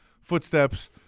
footsteps